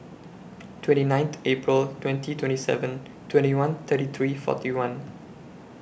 twenty ninth April twenty twenty seven twenty one thirty three forty one